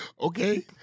okay